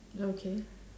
okay